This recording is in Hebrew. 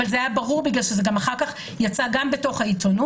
אבל זה היה ברור בגלל שזה גם אחר כך יצא גם בתוך העיתונות,